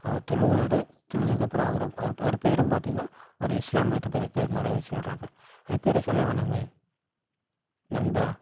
அவர் தொழுவுறாரு தொழுததுக்கு அப்புறம் அவர் அவர் பேரும் பார்த்திங்கன்னா ஒரு இஸ்லாம் மதத்து பேர் பேர் மாதிரி சொல்லுறாங்க அந்த பேரை சொல்ல வேணாமே நண்பா